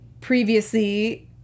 previously